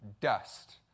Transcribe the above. dust